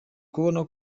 kubona